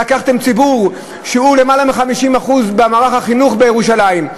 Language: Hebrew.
לקחתם ציבור שהוא למעלה מ-50% ממערך החינוך בירושלים,